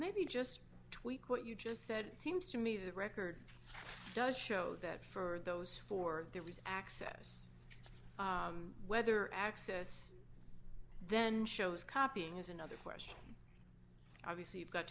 maybe just tweak what you just said it seems to me that record does show that for those four there was access whether access then shows copying is another question obviously you've got